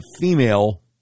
female